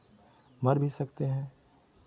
मर भी सकते हैं